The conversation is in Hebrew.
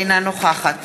אינה נוכחת